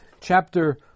chapter